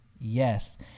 Yes